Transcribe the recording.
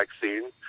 vaccine